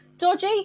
Dodgy